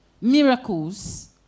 miracles